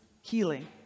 healing